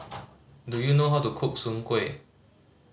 do you know how to cook soon kway